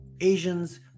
Asians